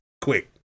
quick